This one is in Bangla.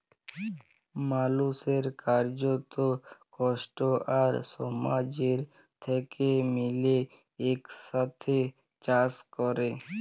মালুসের কার্যত, কষ্ট আর সমাজের সাথে মিলে একসাথে চাস ক্যরা